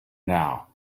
now